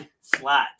slot